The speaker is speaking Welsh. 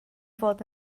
fod